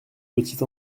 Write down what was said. petite